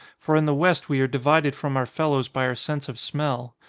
for in the west we are divided from our fellows by our sense of smell.